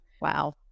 wow